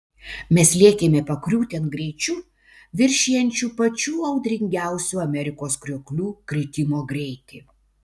mes lėkėme pakriūtėn greičiu viršijančiu pačių audringiausių amerikos krioklių kritimo greitį